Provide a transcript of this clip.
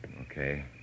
Okay